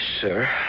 sir